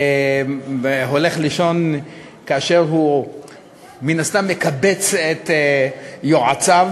הולך לישון כאשר הוא מן הסתם מקבץ את יועציו